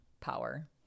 power